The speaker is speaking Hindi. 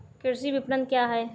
कृषि विपणन क्या है?